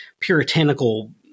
puritanical